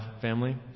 family